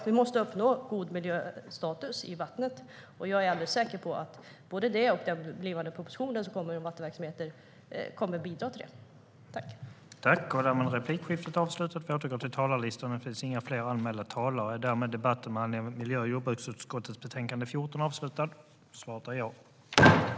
Vi måste uppnå god miljöstatus i vattnet, och jag är alldeles säker på att både det och den blivande propositionen om vattenverksamheter kommer att bidra till detta.